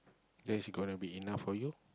that's gonna be enough for you